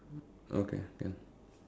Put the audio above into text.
okay can